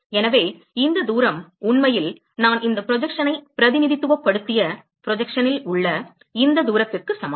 எனவே இந்த தூரம் உண்மையில் நான் இந்த ப்ரொஜெக்ஷனைப் பிரதிநிதித்துவப்படுத்திய ப்ரொஜெக்ஷனில் உள்ள இந்த தூரத்திற்குச் சமம்